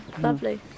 lovely